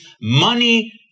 money